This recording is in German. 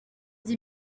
sie